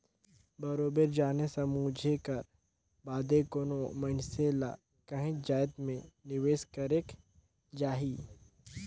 बरोबेर जाने समुझे कर बादे कोनो मइनसे ल काहींच जाएत में निवेस करेक जाही